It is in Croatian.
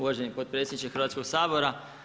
Uvaženi potpredsjedniče Hrvatskog sabora.